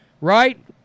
right